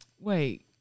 Wait